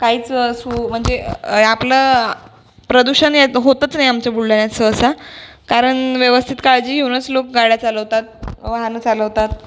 काहीच सू म्हणजे आपलं प्रदूषण हे होतच नाही आमच्या बुलढाण्यात सहसा कारण व्यवस्थित काळजी घेऊनच लोक गाड्या चालवतात वाहनं चालवतात